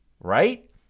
right